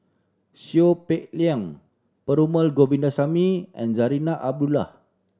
Seow Peck Leng Perumal Govindaswamy and Zarinah Abdullah